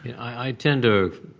i tend to